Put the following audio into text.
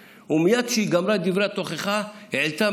ומייד כשהיא גמרה את דברי התוכחה היא העלתה